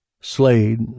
Slade